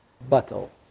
battle